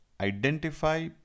Identify